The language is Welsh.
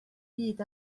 byd